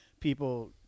People